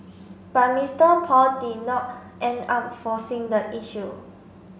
but Mister Paul did not end up forcing the issue